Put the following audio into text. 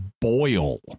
boil